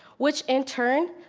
which, in turn,